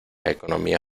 economía